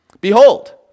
Behold